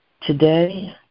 Today